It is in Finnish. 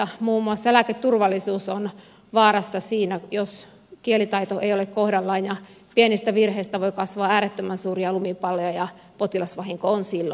muun muassa lääketurvallisuus on vaarassa siinä jos kielitaito ei ole kohdallaan ja pienestä virheestä voi kasvaa äärettömän suuria lumipalloja ja potilasvahinko on silloin valmis